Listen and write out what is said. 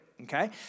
Okay